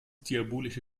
diabolische